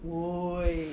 !whoa! !oi!